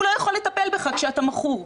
הוא לא יכול לטפל בך כשאתה מכור.